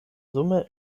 summe